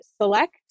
select